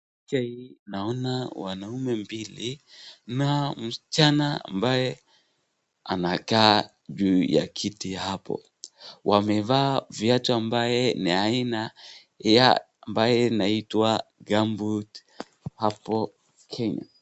Picha hii naona wanaume wawili na msichana ambaye anakaa juu ya kiti hapo. Wamevaa viatu ambaye inaitwa Gumboot hapo Kenya.